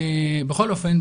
בכל אופן,